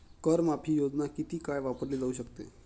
कर माफी योजना किती काळ वापरली जाऊ शकते?